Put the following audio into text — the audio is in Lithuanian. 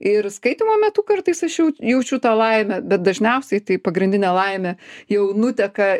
ir skaitymo metu kartais aš jau jaučiu tą laimę bet dažniausiai tai pagrindinė laimė jau nuteka